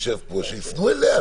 שיפנו אליה,